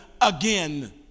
again